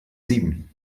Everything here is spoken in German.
sieben